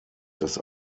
das